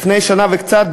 לפני שנה וקצת,